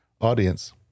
audience